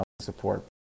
support